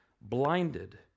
blinded